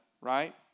right